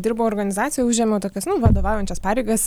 dirbau organizacijoj užėmiau tokias nu vadovaujančias pareigas